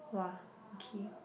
!wah! okay